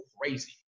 crazy